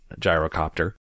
gyrocopter